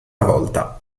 volta